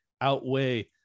outweigh